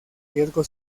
riesgo